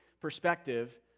perspective